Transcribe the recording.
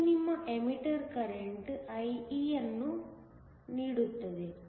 ಇದು ನಿಮ್ಮ emitter current IE ಅನ್ನು ನೀಡುತ್ತದೆ